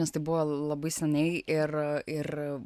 nes tai buvo labai seniai ir ir